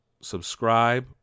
subscribe